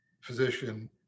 physician